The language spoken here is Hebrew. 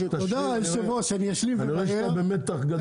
אני רואה שאתה במתח גדול מאוד.